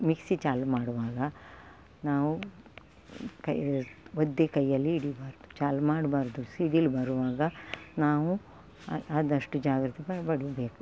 mixie ಚಾಲು ಮಾಡುವಾಗ ನಾವು ಕೈ ಒದ್ದೆ ಕೈಯ್ಯಲ್ಲಿ ಹಿಡಿಬಾರದು ಚಾಲು ಮಾಡ್ಬಾರದು ಸಿಡಿಲು ಬರುವಾಗ ನಾವು ಆದಷ್ಟು ಜಾಗ್ರತೆ ಪಡಿಬೇಕು